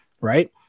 right